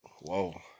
Whoa